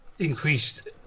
increased